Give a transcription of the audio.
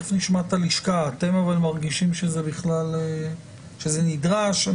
אתם מרגישים שזה נדרש?